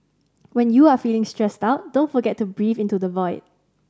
when you are feeling stressed out don't forget to breathe into the void